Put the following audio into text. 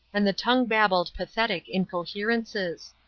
and the tongue babbled pathetic incoherences.